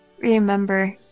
Remember